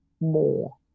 more